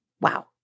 Wow